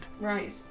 Right